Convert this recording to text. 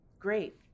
Great